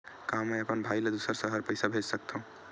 का मैं अपन भाई ल दुसर शहर पईसा भेज सकथव?